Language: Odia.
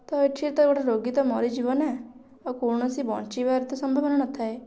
ତ ଏଠି ତ ଗୋଟେ ରୋଗୀ ତ ମରିଯିବ ନା ଆଉ କୌଣସି ବଞ୍ଚିବାର ତ ସମ୍ଭାବନା ନଥାଏ